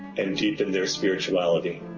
and deepen their spirituality.